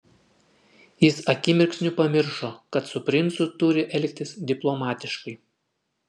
jis akimirksniu pamiršo kad su princu turi elgtis diplomatiškai